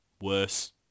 worse